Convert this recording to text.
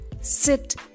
Sit